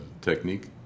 technique